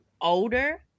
older